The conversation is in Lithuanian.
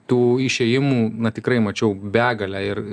tų išėjimų na tikrai mačiau begalę ir